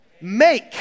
make